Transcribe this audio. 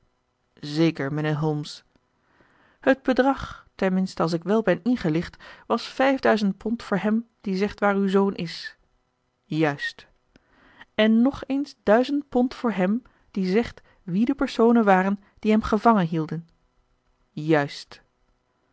zeker mijnheer holmes het bedrag ten minste als ik wel ben ingelicht was vijf duizend pond voor hem die zegt waar uw zoon is juist en nog eens duizend pond voor hem die zegt wie de personen waren die hem gevangen hielden juist